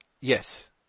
Yes